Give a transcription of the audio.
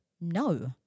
No